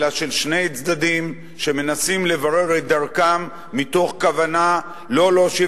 אלא של שני צדדים שמנסים לברר את דרכם מתוך כוונה לא להושיב